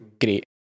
Great